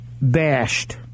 bashed